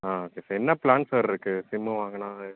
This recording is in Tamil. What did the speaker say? ஆ சரி சார் என்ன ப்ளான் சார் இருக்குது சிம்மு வாங்கினாவே